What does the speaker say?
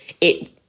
It-